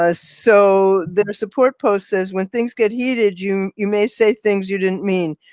ah so their support post says when things get heated, you you may say things you didn't mean.